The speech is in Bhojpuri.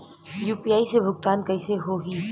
यू.पी.आई से भुगतान कइसे होहीं?